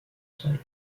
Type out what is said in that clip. sol